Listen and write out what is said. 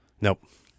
Nope